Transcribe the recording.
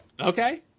Okay